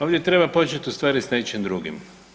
Ovdje treba početi ustvari s nečim drugim.